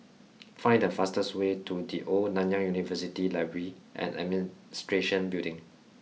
find the fastest way to the Old Nanyang University Library and Administration Building